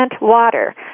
water